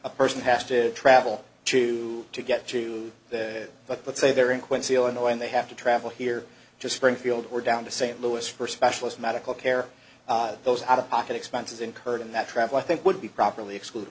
a person has to travel to to get to that but let's say they're in quincy illinois and they have to travel here just springfield or down to st louis for specialist medical care those out of pocket expenses incurred in that travel i think would be properly exclud